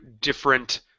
different